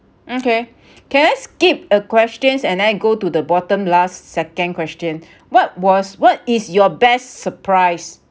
okay can I skip a questions and I go to the bottom last second question what was what is your best surprise